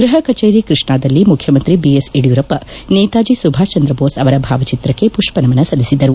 ಗೃಪ ಕಚೇರಿ ಕೃಷ್ಣಾದಲ್ಲಿ ಮುಖ್ಯಮಂತ್ರಿ ಬಿಎಸ್ ಯಡಿಯೂರಪ್ಪ ನೇತಾಜಿ ಸುಭಾಷ್ ಚಂದ್ರ ಮೋಸ್ ಅವರ ಭಾವಚಿತ್ರಕ್ಷ ಮಷ್ಟ ನಮನ ಸಲ್ಲಿಸಿದರು